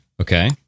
Okay